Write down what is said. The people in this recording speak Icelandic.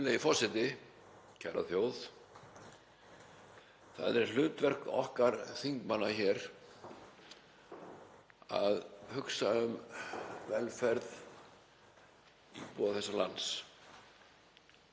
Það er hlutverk okkar þingmanna hér að hugsa um velferð íbúa þessa lands.